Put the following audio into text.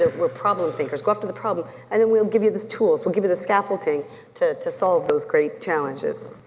we're problem thinkers, go after the problem and then we'll give you these tools, we'll give you the scaffolding to to solve those great challenges.